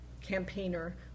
campaigner